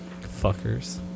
fuckers